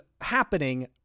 happening